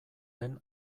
den